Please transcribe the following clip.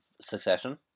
Succession